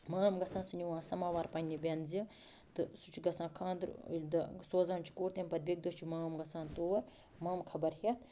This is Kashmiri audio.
مام گژھان سُہ نِوان سَماوار پَنٛنہِ بٮ۪نزِ تہٕ سُہ چھُ گژھان خانٛدٕرٕکۍ دۄہ سوزان چھِ کوٗر تٔمۍ پَتہٕ بیٚکہِ دۄہ چھِ مام گژھان تور مامہٕ خبر ہٮ۪تھ